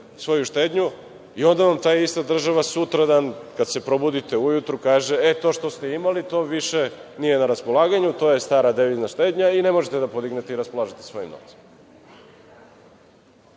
svoju štednju, i onda vam ta ista država sutradan, kad se probudite ujutru, kaže – e, to što ste imali, to više nije na raspolaganju, to je stara devizna štednja i ne možete da podignete i raspolažete svojim